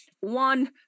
one